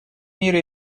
мира